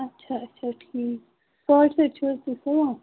اَچھا اَچھا ٹھیٖک چھِ حظ تۄہہِ سُوان